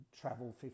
travel